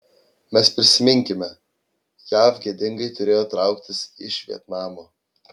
mes prisiminkime jav gėdingai turėjo trauktis iš vietnamo